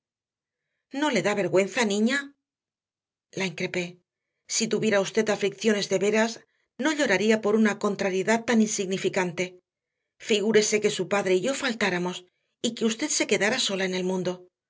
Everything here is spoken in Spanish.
no le da vergüenza niña la increpé si tuviera usted aflicciones de veras no lloraría por una contrariedad tan insignificante figúrese que su padre y yo faltáramos y que usted se quedara sola en el mundo